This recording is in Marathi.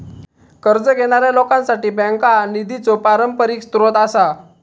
कर्ज घेणाऱ्या लोकांसाठी बँका हा निधीचो पारंपरिक स्रोत आसा